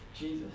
Jesus